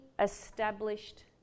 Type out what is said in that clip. established